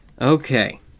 Okay